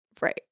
Right